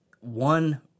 one